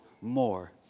more